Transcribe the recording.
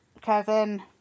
Kevin